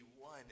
one